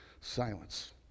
Silence